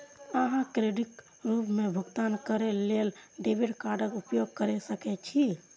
अहां क्रेडिटक रूप मे भुगतान करै लेल डेबिट कार्डक उपयोग कैर सकै छी